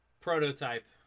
prototype